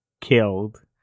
killed